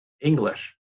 english